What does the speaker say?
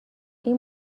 این